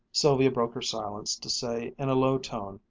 sylvia broke her silence to say in a low tone,